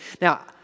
Now